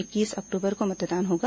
इक्कीस अक्टूबर को मतदान होगा